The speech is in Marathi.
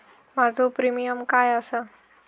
माझो प्रीमियम काय आसा?